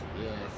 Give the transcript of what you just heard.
yes